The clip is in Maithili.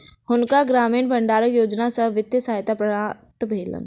हुनका ग्रामीण भण्डारण योजना सॅ वित्तीय सहायता प्राप्त भेलैन